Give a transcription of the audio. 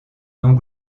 nom